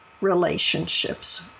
relationships